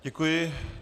Děkuji.